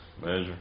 Measure